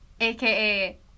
aka